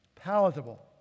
palatable